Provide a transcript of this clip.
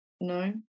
no